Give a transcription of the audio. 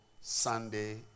Sunday